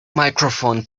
microphone